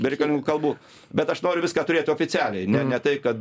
bereikalingų kalbų bet aš noriu viską turėti oficialiai ne ne tai kad